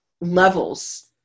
levels